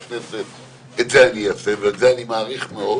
לכנסת את זה תעשה ואת זה אני מעריך מאוד.